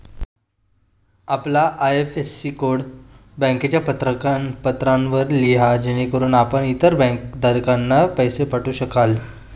आपला IFSC code बँकेच्या पत्रकावर लिहा जेणेकरून आपण इतर बँक खातेधारकांना पैसे पाठवू शकाल